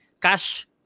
cash